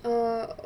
err